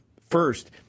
first